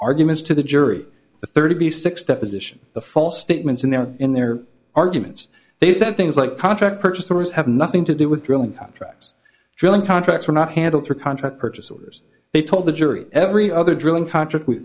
arguments to the jury the thirty six deposition the false statements in their in their arguments they said things like contract purchasers have nothing to do with drilling contracts drilling contracts were not handled through contract purchase orders they told the jury every other drilling contract we